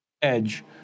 edge